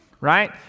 right